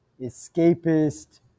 escapist